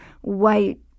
white